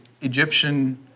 Egyptian